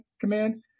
command